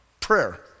Prayer